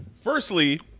Firstly